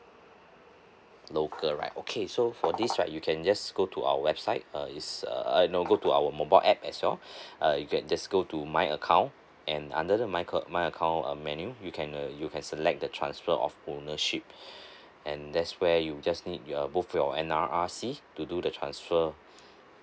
local right okay so for this right you can just go to our website uh is uh uh no go to our mobile app as well uh you can just go to my account and under the my my account uh menu you can uh you can select the transfer of ownership and that's where you just need your both of your N_R_I_C to do the transfer